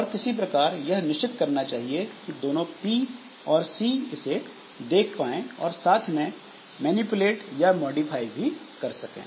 और किसी प्रकार यह निश्चित करना चाहिए कि दोनों P ओेैर C इसे देख पाए और साथ में मैनिपुलेट या मॉडिफाई भी कर सकें